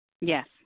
Yes